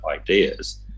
ideas